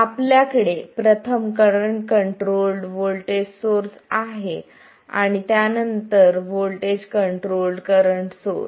आपल्याकडे प्रथम current controlled voltage source आहे आणि त्यानंतर व्होल्टेज कंट्रोल्ड करंट सोर्स